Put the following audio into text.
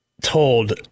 told